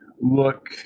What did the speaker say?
look